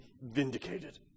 vindicated